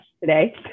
today